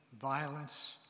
violence